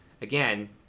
again